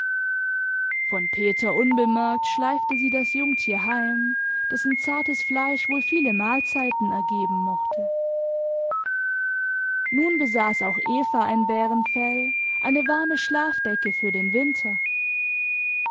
von peter unbemerkt schleifte sie das jungtier heim dessen zartes fleisch wohl viele mahlzeiten ergeben mochte nun besaß auch eva ein bärenfell eine warme schlafdecke für den winter